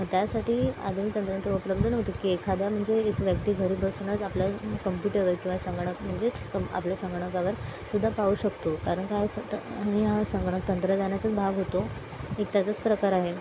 मग त्यासाठी आधुनिक तंत्रज्ञान तेव्हा उपलब्ध नव्हतं की एखाद्या म्हणजे एक व्यक्ती घरी बसूनच आपल्या कम्प्युटरवर किंवा संगणक म्हणजेच कम आपल्या संगणकावर सुद्धा पाहू शकतो कारण काय असं तर आणि हा संगणक तंत्रज्ञानाचाच भाग होतो एक त्याचाच प्रकार आहे